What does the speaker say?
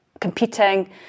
competing